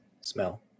Smell